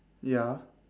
ya